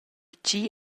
tgi